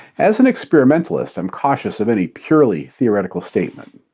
as an experimentalist, i'm cautious of any purely theoretical statement.